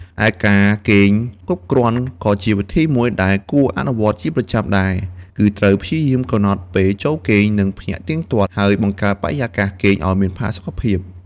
ឯការគេងគ្រប់គ្រាន់ក៏ជាវិធីមួយដែលគួរអនុវត្តជាប្រចាំដែរ គឺត្រូវព្យាយាមកំណត់ពេលចូលគេង និងភ្ញាក់ទៀងទាត់ ហើយបង្កើតបរិយាកាសគេងឱ្យមានផាសុកភាព។